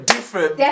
Different